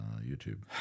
YouTube